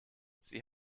sie